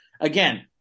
again